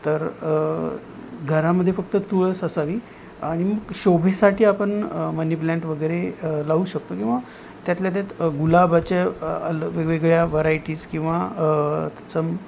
तर घरामध्ये फक्त तुळस असावी आणि मग शोभेसाठी आपण मनी प्लँट वगैरे लावू शकतो किंवा त्यातल्या त्यात गुलाबाच्या वेगवेगळ्या व्हरायटीज किंवा तत्सम